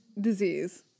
disease